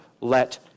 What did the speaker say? let